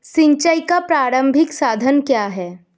सिंचाई का प्रारंभिक साधन क्या है?